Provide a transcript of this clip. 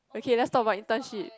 okay let's talk about internship